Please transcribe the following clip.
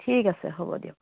ঠিক আছে হ'ব দিয়ক